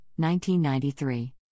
1993